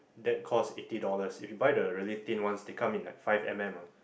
that costs eighty dollars if you buy the really thin ones they come in like five M_M ah